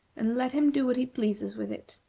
and let him do what he pleases with it.